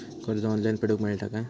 कर्ज ऑनलाइन फेडूक मेलता काय?